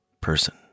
person